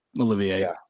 Olivier